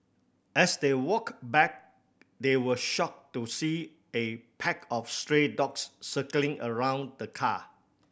as they walk back they were shocked to see a pack of stray dogs circling around the car